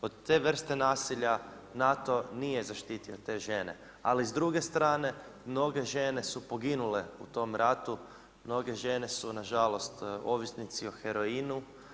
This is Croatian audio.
Od te vrste nasilja NATO nije zaštitio te žene, ali s druge strane mnoge žene su poginule u tom ratu, mnoge žene su na žalost ovisnici o heroinu.